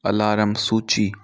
alarm सूची